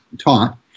taught